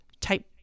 type